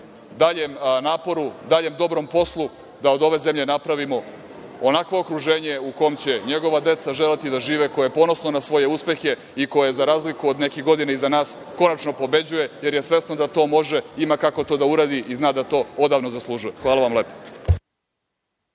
daljem naporu, daljem dobrom poslu da od ove zemlje napravimo onakvo okruženje u kom će njegova deca želeti da žive, koje je ponosno na svoje uspehe i koje za razliku od nekih godina iza nas konačno pobeđuje, jer je svesno da to može, ima kako to da uradi i zna da to odavno zaslužuje. Hvala vam lepo.